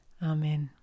Amen